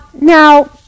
Now